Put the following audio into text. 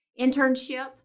internship